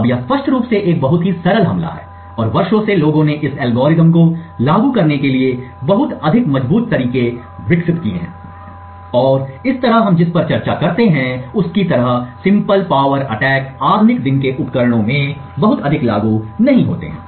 अब यह स्पष्ट रूप से एक बहुत ही सरल हमला है और वर्षों से लोगों ने इस एल्गोरिथ्म को लागू करने के लिए बहुत अधिक मजबूत तरीके विकसित किए हैं और इस तरह हम जिस पर चर्चा करते हैं उसकी तरह सिंपल पावर अटैक आधुनिक दिन के उपकरणों में बहुत अधिक लागू नहीं होते हैं